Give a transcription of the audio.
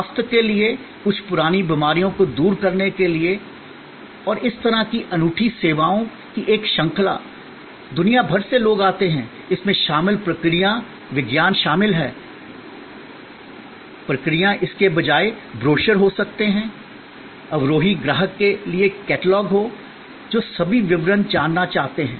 स्वास्थ्य के लिए कुछ पुरानी बीमारियों को दूर करने के लिए और इस तरह की अनूठी सेवाओं की एक श्रृंखला दुनिया भर से लोग आते हैं इसमें शामिल प्रक्रियाएं विज्ञान शामिल हैं प्रक्रियाएं इसके बजाय ब्रोशर हो सकते हैं हो सकते हैं अवरोही ग्राहक के लिए कैटलॉग हो जो सभी विवरण जानना चाहते हैं